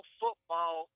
football